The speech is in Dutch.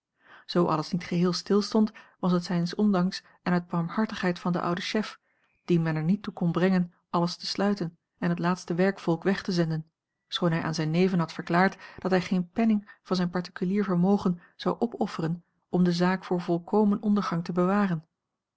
zoo alles niet geheel stilstond was het zijns ondanks en uit barmhartigheid van den ouden chef dien men er niet toe kon brengen alles te sluiten en het laatste werkvolk weg te zenden schoon hij aan zijne neven had verklaard dat hij geen penning van zijn particulier vermogen zou a l g bosboom-toussaint langs een omweg opofferen om de zaak voor volkomen ondergang te bewaren